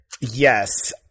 yes